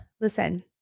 Listen